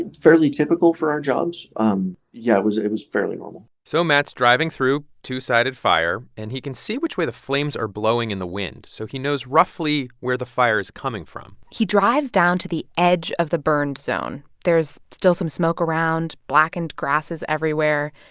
and fairly typical for our jobs um yeah, it was fairly normal so matt's driving through two-sided fire. and he can see which way the flames are blowing in the wind, so he knows roughly where the fire is coming from he drives down to the edge of the burn zone. there's still some smoke around, blackened grasses everywhere.